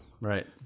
Right